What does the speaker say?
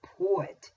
poet